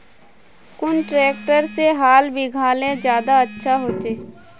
कुन ट्रैक्टर से हाल बिगहा ले ज्यादा अच्छा होचए?